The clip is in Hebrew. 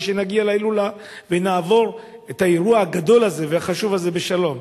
שנגיע להילולה ונעבור את האירוע הגדול הזה והחשוב הזה בשלום.